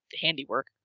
handiwork